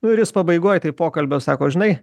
nu ir jis pabaigoj taip pokalbio sako žinai